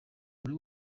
buri